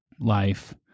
life